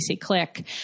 Click